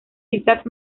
islas